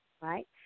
right